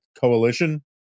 coalition